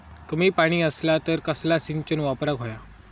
कमी पाणी असला तर कसला सिंचन वापराक होया?